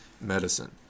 Medicine